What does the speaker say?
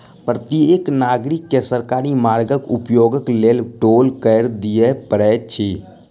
प्रत्येक नागरिक के सरकारी मार्गक उपयोगक लेल टोल कर दिअ पड़ैत अछि